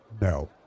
No